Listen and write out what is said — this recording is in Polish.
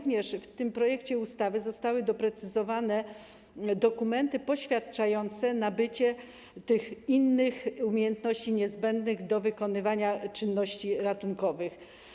W tym projekcie ustawy zostały doprecyzowane dokumenty poświadczające nabycie tych innych umiejętności niezbędnych do wykonywania czynności ratunkowych.